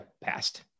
passed